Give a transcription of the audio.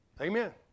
Amen